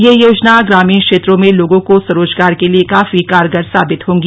यह योजना ग्रामीण क्षेत्रों में लोगों को स्वरोजगार के लिए काफी कारगर साबित होगी